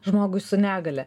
žmogui su negalia